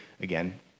again